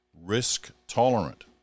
risk-tolerant